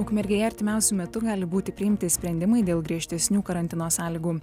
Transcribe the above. ukmergėje artimiausiu metu gali būti priimti sprendimai dėl griežtesnių karantino sąlygų